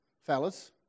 fellas